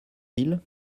ville